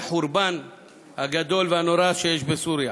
בחורבן הגדול והנורא שיש בסוריה,